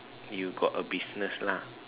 you got a business lah